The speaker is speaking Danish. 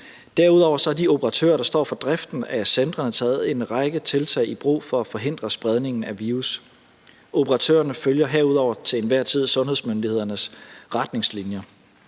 Derudover har de operatører, der står for driften af centrene, taget en række forholdsregler i brug for at forhindre spredningen af virus. Operatørerne følger herudover til enhver tid sundhedsmyndighedernes retningslinjer.